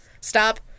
stop